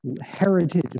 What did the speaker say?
heritage